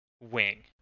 wing